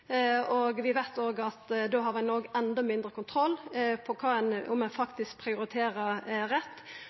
og vi veit òg at da har ein enda mindre kontroll med om ein faktisk prioriterer rett.